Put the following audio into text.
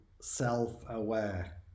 self-aware